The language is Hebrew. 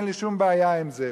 אין לי שום בעיה עם זה,